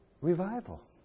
revival